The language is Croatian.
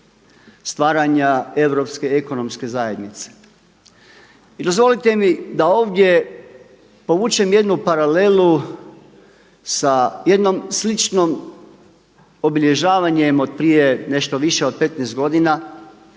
stvaranja Europske ekonomske zajednice. I dozvolite mi da ovdje povučem jednu paralelu sa jednom sličnom obilježavanjem od prije nešto više od 15 godina